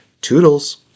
Toodles